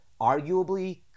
arguably